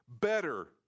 better